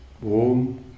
Warm